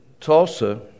Tulsa